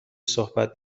صحبت